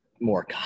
more